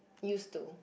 use to